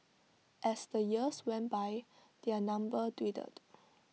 as the years went by their number dwindled